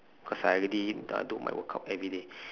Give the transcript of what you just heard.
cause I already uh do my work out everyday